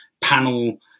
panel